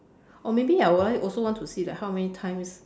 or maybe I would I also want to see like how many times